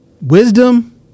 wisdom